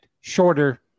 shorter